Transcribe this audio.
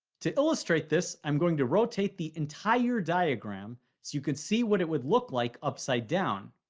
to illustrate this, i'm going to rotate the entire diagram so you can see what it would look like upside down.